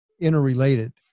interrelated